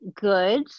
good